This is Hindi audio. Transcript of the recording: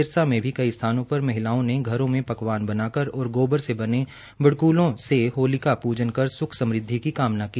सिरसा में भी कई स्थानों पर महिलाओं ने घरों में पकवान बनकार और गोबर से बने बड़कूलों से होलिका पूजन कर स्ख समृद्धि की कामना की